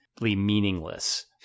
meaningless